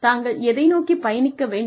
தாங்கள் எதை நோக்கிப் பயணிக்க வேண்டும்